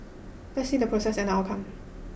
let's see the process and the outcome